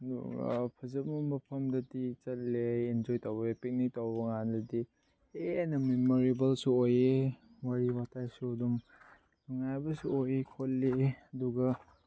ꯑꯗꯨꯒ ꯐꯖꯕ ꯃꯐꯝꯗꯗꯤ ꯆꯠꯂꯦ ꯑꯦꯟꯖꯣꯏ ꯇꯧꯋꯦ ꯄꯤꯛꯅꯤꯛ ꯇꯧꯕꯀꯥꯟꯗꯗꯤ ꯍꯦꯟꯅ ꯃꯦꯃꯣꯔꯦꯕꯜꯁꯨ ꯑꯣꯏꯌꯦ ꯋꯥꯔꯤ ꯋꯇꯥꯏꯁꯨ ꯑꯗꯨꯝ ꯅꯨꯡꯉꯥꯏꯕꯁꯨ ꯑꯣꯏ ꯈꯣꯠꯂꯤ ꯑꯗꯨꯒ